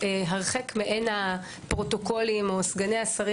והרחק מעין הפרוטוקולים או סגני השרים